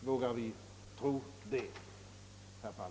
Vågar jag det, herr Palme?